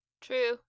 True